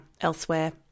elsewhere